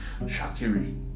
Shakiri